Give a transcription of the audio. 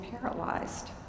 paralyzed